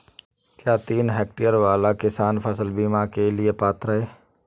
क्या तीन हेक्टेयर वाला किसान फसल बीमा के लिए पात्र हैं?